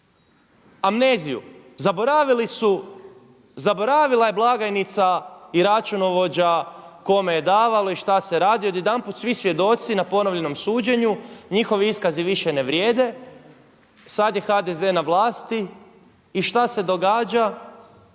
amneziju, zaboravila je blagajnica i računovođa kome je davalo i šta se radilo. Odjedanput svi svjedoci na ponovljenom suđenju, njihovi iskazi više ne vrijede, sada je HDZ na vlasti. I šta se događa?